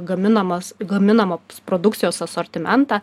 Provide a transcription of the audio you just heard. gaminamos gaminamos produkcijos asortimentą